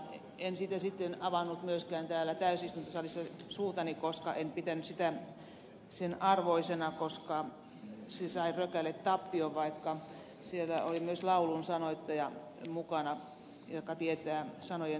en sitten avannut myöskään täällä täysistuntosalissa suutani koska en pitänyt sitä sen arvoisena ja koska se sai jaostossa rökäletappion vaikka siellä oli mukana myös laulun sanoittaja joka tietää sanojen tärkeyden